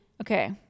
okay